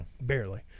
barely